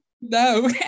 No